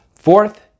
Fourth